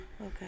Okay